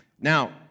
Now